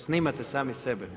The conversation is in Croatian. Snimate sami sebe?